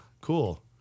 cool